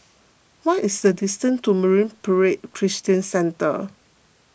what is the distance to Marine Parade Christian Centre